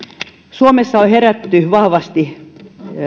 suomessa on herätty vahvasti